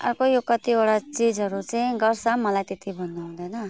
अर्को यो कतिवटा चिजहरू चाहिँ गर्छ मलाई त्यत्ति भन्नु आउँदैन